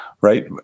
right